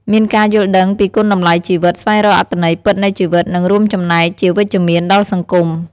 មានការយល់ដឹងពីគុណតម្លៃជីវិត ស្វែងរកអត្ថន័យពិតនៃជីវិត និងរួមចំណែកជាវិជ្ជមានដល់សង្គម។